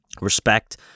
respect